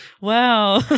wow